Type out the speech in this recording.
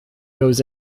goes